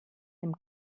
dem